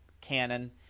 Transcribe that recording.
canon